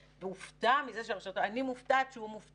והוא שולח